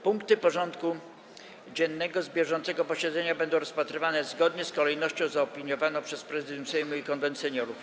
Punkty porządku dziennego bieżącego posiedzenia będą rozpatrywane zgodnie z kolejnością zaopiniowaną przez Prezydium Sejmu i Konwent Seniorów.